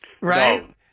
Right